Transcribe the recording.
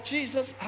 Jesus